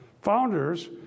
founders